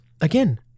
again